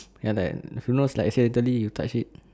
ya like who knows like accidentally you touch it